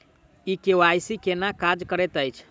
ई KYC केना काज करैत अछि?